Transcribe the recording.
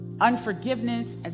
unforgiveness